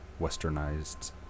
Westernized